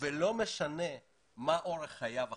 ולא משנה מה אורח חייו עכשיו,